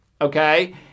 Okay